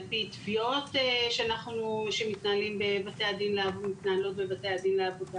על פי תביעות שמתנהלות בבתי הדין לעבודה